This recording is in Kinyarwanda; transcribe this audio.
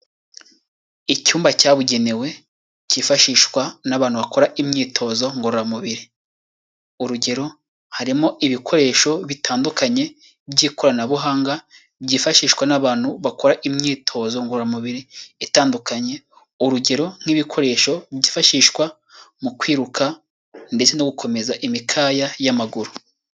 Icyumba cyabugenewe cyifashishwa n'abantu bakora imyitozo ngororamubiri. Urugero harimo ibikoresho bitandukanye by'ikoranabuhanga, byifashishwa n'abantu bakora imyitozo ngororamubiri itandukanye, urugero nk'ibikoresho byifashishwa mu kwiruka, ndetse no gukomeza imikaya y'amaguru.